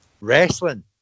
Wrestling